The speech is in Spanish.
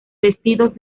vestidos